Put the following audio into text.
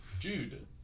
Dude